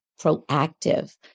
proactive